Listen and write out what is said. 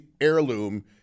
heirloom